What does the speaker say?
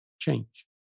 change